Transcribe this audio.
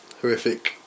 horrific